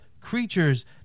creatures